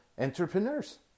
entrepreneurs